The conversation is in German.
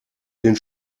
den